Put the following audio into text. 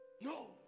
No